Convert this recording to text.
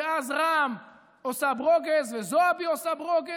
ואז רע"מ עושה ברוגז וזועבי עושה ברוגז,